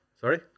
Sorry